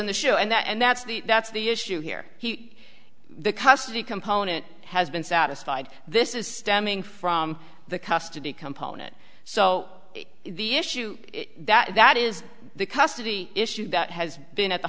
on the show and that's the that's the issue here he the custody component has been satisfied this is stemming from the custody component so the issue that that is the custody issue that has been at the